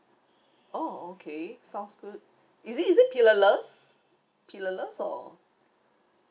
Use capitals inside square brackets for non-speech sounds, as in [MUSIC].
orh okay sounds good [BREATH] is it is it pillarless pillarless or